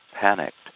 panicked